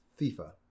FIFA